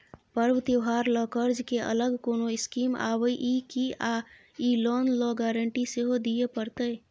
पर्व त्योहार ल कर्ज के अलग कोनो स्कीम आबै इ की आ इ लोन ल गारंटी सेहो दिए परतै?